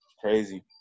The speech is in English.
Crazy